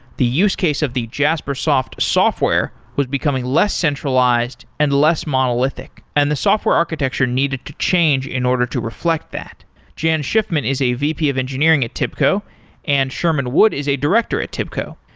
the use case of the jaspersoft software was becoming less centralized and less monolithic, and the software architecture needed to change in order to reflect that jan schiffman is a vp of engineering at tibco and sherman wood is a director at tibco.